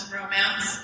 romance